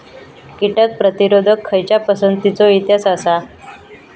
कीटक प्रतिरोधक खयच्या पसंतीचो इतिहास आसा?